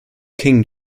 king